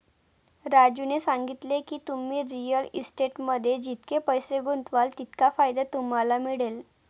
राजूने सांगितले की, तुम्ही रिअल इस्टेटमध्ये जितके पैसे गुंतवाल तितका फायदा तुम्हाला मिळेल